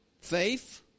Faith